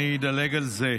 אני אדלג על זה,